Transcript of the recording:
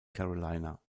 carolina